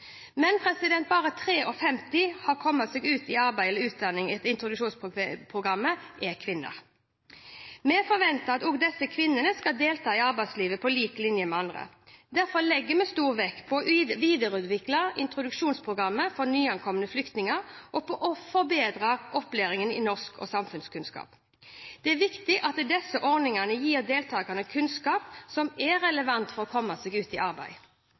Men bare 53 pst. av kvinnene har kommet seg ut i arbeid eller utdanning etter introduksjonsprogrammet. Vi forventer at også disse kvinnene skal delta i arbeidslivet på lik linje med andre. Derfor legger vi stor vekt på å videreutvikle introduksjonsprogrammet for nyankomne flyktninger og på å forbedre opplæringen i norsk og samfunnskunnskap. Det er viktig at disse ordningene gir deltakerne kunnskap som er relevant for å komme seg ut i arbeid.